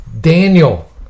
Daniel